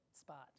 spot